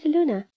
Luna